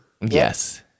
Yes